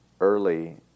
early